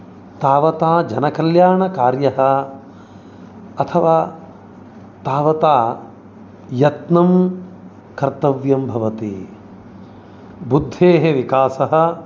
तावता जन्यकल्याणकार्यः अथवा तावता यत्नं कर्तव्यं भवति बुद्धेः विकासः